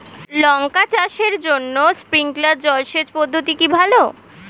লঙ্কা চাষের জন্য স্প্রিংলার জল সেচ পদ্ধতি কি ভালো?